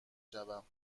شوم